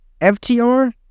FTR